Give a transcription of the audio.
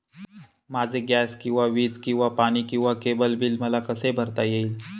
माझे गॅस किंवा वीज किंवा पाणी किंवा केबल बिल मला कसे भरता येईल?